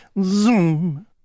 zoom